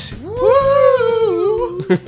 Woo